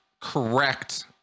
correct